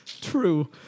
True